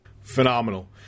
Phenomenal